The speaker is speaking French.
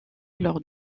lors